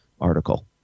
article